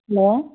hello